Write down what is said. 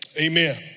Amen